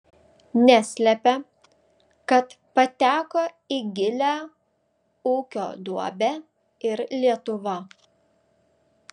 neslepia kad pateko į gilią ūkio duobę ir lietuva